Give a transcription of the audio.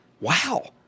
wow